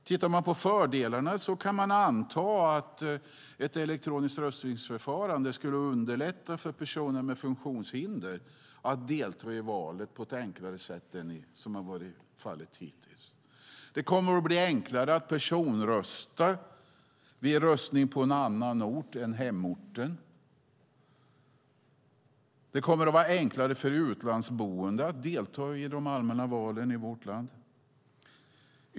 Ser man till fördelarna kan man anta att ett elektroniskt röstningsförfarande underlättar för personer med funktionshinder att delta i val. Det kommer att bli enklare att personrösta vid röstning på annan ort än hemorten. Det kommer att vara enklare för utlandsboende att delta i de allmänna valen i vårt land.